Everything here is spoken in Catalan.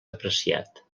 apreciat